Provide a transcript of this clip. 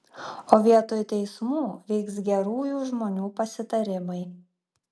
o vietoj teismų vyks gerųjų žmonių pasitarimai